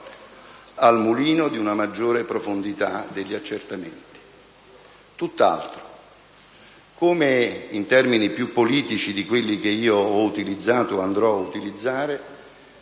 al mulino di una maggiore profondità degli accertamenti. Tutt'altro: come in termini più politici di quelli che ho utilizzato e andrò a utilizzare